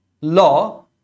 law